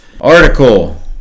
article